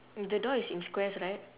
mm the door is in squares right